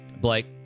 Blake